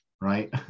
right